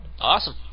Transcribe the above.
Awesome